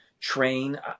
Train